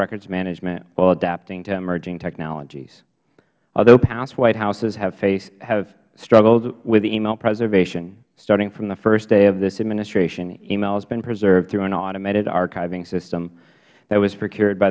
records management while adapting to emerging technologies although past white houses have struggled with email preservation starting from the first day of this administration email has been preserved through an automated archiving system that was procured by